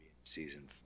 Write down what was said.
season